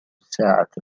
الساعة